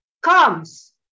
comes